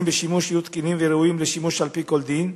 בשימוש יהיו תקינים וראויים לשימוש על-פי כל דין.